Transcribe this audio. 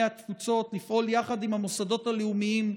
התפוצות לפעול יחד עם המוסדות הלאומיים,